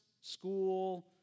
school